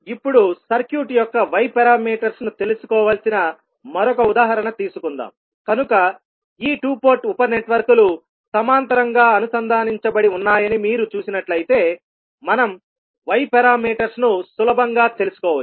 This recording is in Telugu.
ఇప్పుడు సర్క్యూట్ యొక్క Y పారామీటర్స్ ను తెలుసుకోవలసిన మరొక ఉదాహరణ తీసుకుందాంకనుక ఈ 2 పోర్ట్ ఉపనెట్వర్క్లు సమాంతరంగా అనుసంధానించబడి ఉన్నాయని మీరు చూసినట్లయితేమనం Y పారామీటర్స్ ను సులభంగా తెలుసుకోవచ్చు